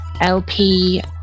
LP